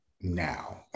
now